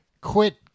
Quit